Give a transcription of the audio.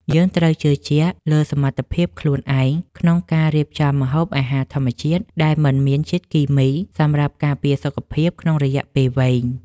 យើងត្រូវជឿជាក់លើសមត្ថភាពខ្លួនឯងក្នុងការរៀបចំម្ហូបអាហារធម្មជាតិដែលមិនមានជាតិគីមីសម្រាប់ការពារសុខភាពក្នុងរយៈពេលវែង។